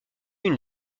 une